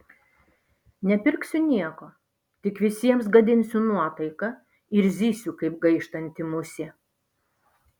nepirksiu nieko tik visiems gadinsiu nuotaiką ir zysiu kaip gaištanti musė